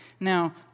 Now